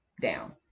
down